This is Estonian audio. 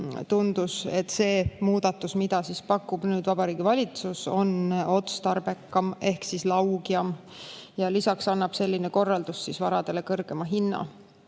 tundus, et see muudatus, mida pakub nüüd Vabariigi Valitsus, on otstarbekam ehk laugjam. Lisaks annab selline korraldus varadele kõrgema hinna.